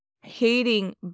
hating